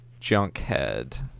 junkhead